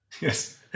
Yes